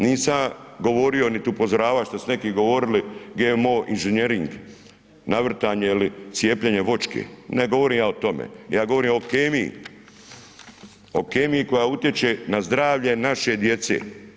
Nisam ja govorio niti upozoravao što su neki govorili GMO inženjering, navrtanje ili cijepljenje voćke, ne govorim ja o tome, ja govorim o kemiji, o kemiji koja utječe na zdravlje naše djece.